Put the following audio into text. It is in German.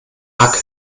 akne